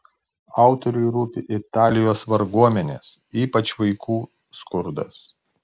autoriui rūpi italijos varguomenės ypač vaikų skurdas